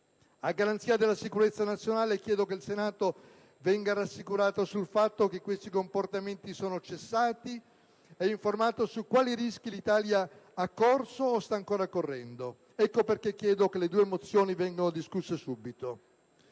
A garanzia della sicurezza nazionale chiedo che il Senato venga rassicurato sul fatto che questi comportamenti sono cessati e informato su quali rischi l'Italia ha corso o sta ancora correndo. Ecco perché chiedo che le due mozioni vengano discusse subito.